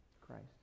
Christ